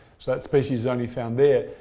so that species is only found there.